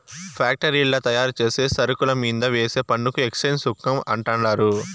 ఫ్యాక్టరీల్ల తయారుచేసే సరుకుల మీంద వేసే పన్నుని ఎక్చేంజ్ సుంకం అంటండారు